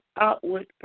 outward